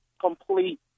complete